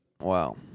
Wow